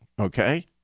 okay